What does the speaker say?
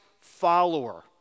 follower